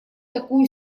такую